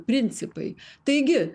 principai taigi